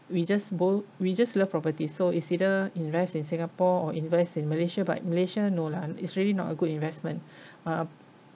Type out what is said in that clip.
we just bo~ we just love property so it's either invest in singapore or invest in malaysia but malaysia no lah it's really not a good investment uh